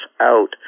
out